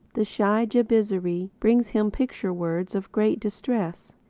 the shy jabizri brings him picture-words of great distress.